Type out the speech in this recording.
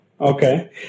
Okay